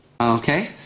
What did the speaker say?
okay